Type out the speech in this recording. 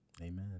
Amen